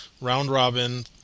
round-robin